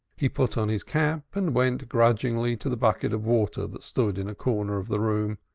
he put on his cap and went grudgingly to the bucket of water that stood in a corner of the room,